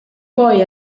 poi